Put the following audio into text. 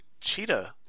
cheetah